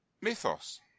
Mythos